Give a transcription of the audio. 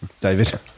David